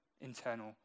internal